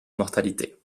mortalité